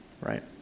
right